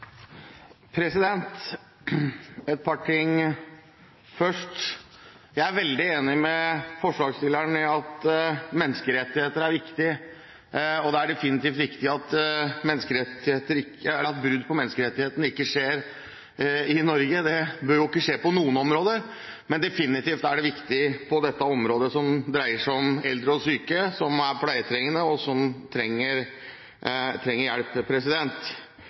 veldig enig med forslagsstillerne i at menneskerettigheter er viktig. Det er definitivt viktig at brudd på menneskerettighetene ikke skjer i Norge. Det bør ikke skje på noen områder, men definitivt er det viktig på dette området, som dreier seg om eldre og syke som er pleietrengende, og som trenger hjelp.